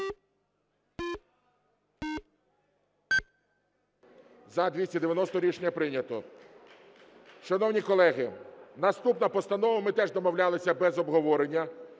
За-290 Рішення прийнято. Шановні колеги, наступна постанова, ми теж домовлялися без обговорення.